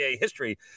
history